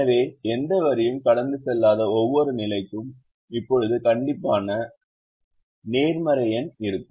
எனவே எந்த வரியும் கடந்து செல்லாத ஒவ்வொரு நிலைக்கும் இப்போது கண்டிப்பான நேர்மறை எண் இருக்கும்